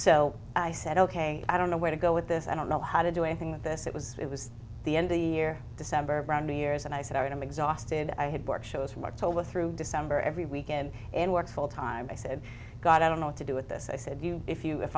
so i said ok i don't know where to go with this i don't know how to do anything with this it was it was the end the year december brand new years and i said i am exhausted i had work shows from october through december every weekend and works full time i said god i don't know what to do with this i said you if you if